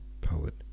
poet